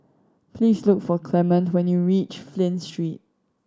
please look for Clement when you reach Flint Street